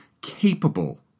capable